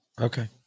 Okay